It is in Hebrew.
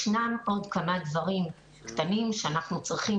ישנם עוד כמה דברים קטנים שאנחנו צריכים